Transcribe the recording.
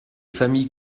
familles